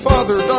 Father